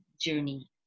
journey